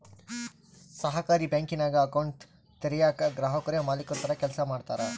ಸಹಕಾರಿ ಬ್ಯಾಂಕಿಂಗ್ನಾಗ ಅಕೌಂಟ್ ತೆರಯೇಕ ಗ್ರಾಹಕುರೇ ಮಾಲೀಕುರ ತರ ಕೆಲ್ಸ ಮಾಡ್ತಾರ